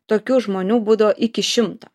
tokių žmonių būdo iki šimto